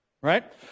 right